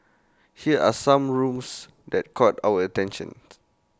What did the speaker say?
here are some rooms that caught our attention